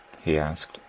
he asked.